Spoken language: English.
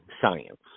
science